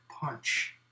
punch